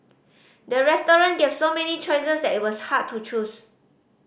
the restaurant gave so many choices that it was hard to choose